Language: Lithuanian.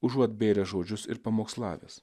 užuot bėręs žodžius ir pamokslavęs